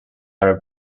are